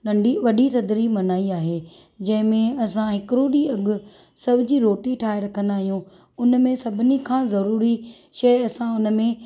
नंढी वॾी थधिड़ी मल्हाई आहे जंहिंमें असां हिकिड़ो ॾींहुं अॻु सॼी रोटी ठाहे रखंदा आहियूं उन में सभिनी खां ज़रूरी शइ असां हुन में